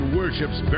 worships